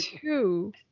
two